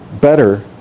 better